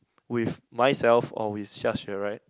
with myself or with Xia-xue right